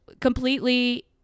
completely